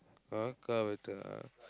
!huh! car better ah